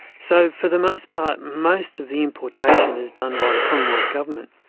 so for the most part most of the importation is done by the commonwealth government,